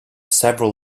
several